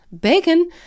bacon